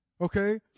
okay